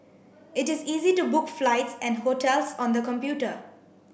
it is easy to book flights and hotels on the computer